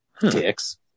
Dicks